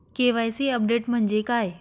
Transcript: KYC update म्हणजे काय?